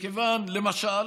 למשל